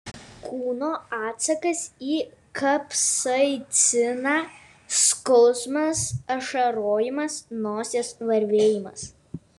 kūno atsakas į kapsaiciną skausmas ašarojimas nosies varvėjimas